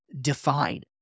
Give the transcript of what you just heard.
define